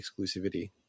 exclusivity